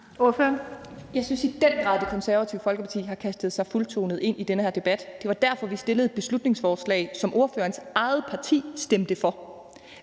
den grad, at Det Konservative Folkeparti har kastet sig fuldtonet ind i den her debat. Det var derfor, vi fremsatte et beslutningsforslag, som ordførerens eget parti stemte for.